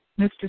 Mr